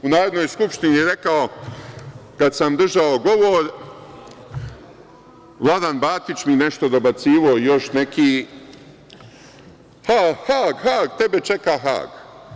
U Narodnoj skupštini sam rekao, kad sam držao govor, Vladan Batić mi nešto dobacivao i još neki – Hag, Hag, Hag, tebe čeka Hag.